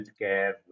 healthcare